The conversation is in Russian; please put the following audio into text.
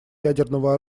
ядерного